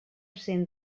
cent